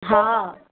हा